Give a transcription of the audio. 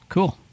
Cool